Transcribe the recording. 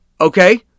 okay